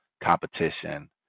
competition